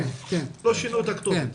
כן, לא שינו את הכתובות.